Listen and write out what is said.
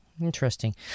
Interesting